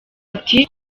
ati